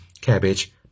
cabbage